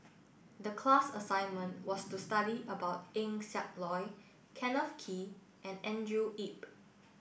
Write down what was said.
the class assignment was to study about Eng Siak Loy Kenneth Kee and Andrew Yip